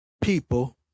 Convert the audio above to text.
people